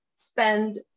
spend